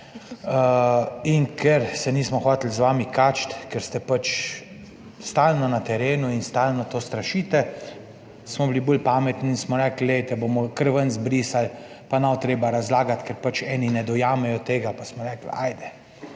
Ker se nismo hoteli z vami kačiti, ker ste pač stalno na terenu in stalno strašite, smo bili bolj pametni in smo rekli, bomo kar ven zbrisali in ne bo treba razlagati, ker pač eni ne dojamejo tega, pa smo rekli, da